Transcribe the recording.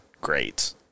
great